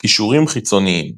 == קישורים חיצוניים ==